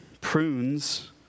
prunes